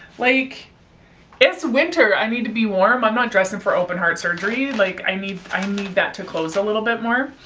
like it's winter! i need to be warm. i'm not dressing for open-heart surgery, like i need, i need that to close a little bit more.